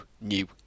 new